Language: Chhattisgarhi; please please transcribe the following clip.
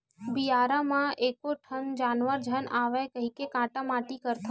बियारा म एको ठन जानवर झन आवय कहिके काटा माटी करथन